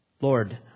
Lord